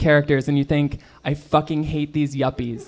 characters and you think i fucking hate these yuppies